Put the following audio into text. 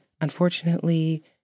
unfortunately